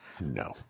no